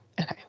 okay